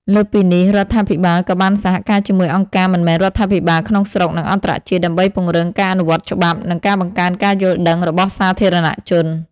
លើសពីនេះ រដ្ឋាភិបាលក៏បានសហការជាមួយអង្គការមិនមែនរដ្ឋាភិបាលក្នុងស្រុក និងអន្តរជាតិ ដើម្បីពង្រឹងការអនុវត្តច្បាប់ និងបង្កើនការយល់ដឹងរបស់សាធារណជន។